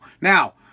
Now